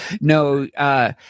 No